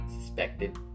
suspected